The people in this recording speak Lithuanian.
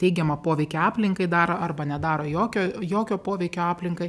teigiamą poveikį aplinkai daro arba nedaro jokio jokio poveikio aplinkai